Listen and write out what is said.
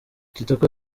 kitoko